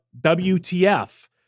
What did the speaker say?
WTF